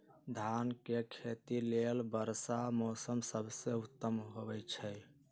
धान के खेती लेल वर्षा मौसम सबसे उत्तम होई छै